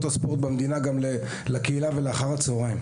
הספורט במדינה גם לקהילה ואחר הצהריים.